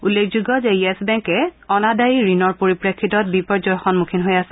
উল্লেখযোগ্য যে য়েছ বেংকে অনাদায়ী ঋণৰ পৰিপ্ৰেক্ষিতত বিপৰ্যয়ৰ সন্মুখীন হৈ আহিছে